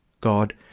God